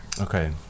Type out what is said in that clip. okay